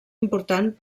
important